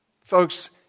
Folks